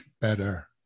better